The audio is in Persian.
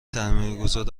سرمایهگذار